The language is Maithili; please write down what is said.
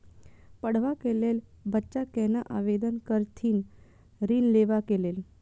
पढ़वा कै लैल बच्चा कैना आवेदन करथिन ऋण लेवा के लेल?